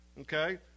okay